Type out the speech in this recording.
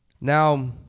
Now